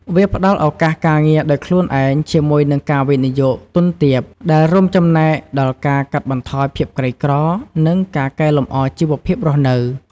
វាផ្តល់ឱកាសការងារដោយខ្លួនឯងជាមួយនឹងការវិនិយោគទុនទាប ដែលរួមចំណែកដល់ការកាត់បន្ថយភាពក្រីក្រ និងការកែលម្អជីវភាពរស់នៅ។